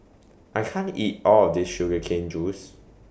I can't eat All of This Sugar Cane Juice